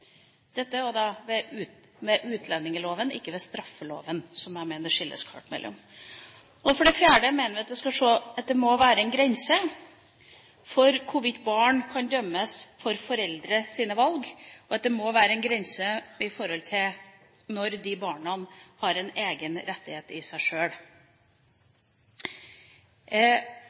ved utlendingsloven, og ikke ved straffeloven, som jeg mener det skilles klart mellom. For det fjerde mener vi at det må være en grense for hvorvidt barn kan dømmes for foreldres valg, og at det må være en grense når det gjelder når de barna har en egen rettighet i seg